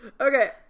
Okay